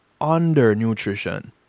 undernutrition